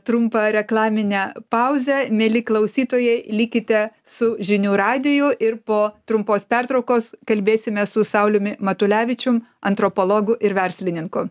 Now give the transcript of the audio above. trumpą reklaminę pauzę mieli klausytojai likite su žinių radiju ir po trumpos pertraukos kalbėsimės su sauliumi matulevičium antropologu ir verslininku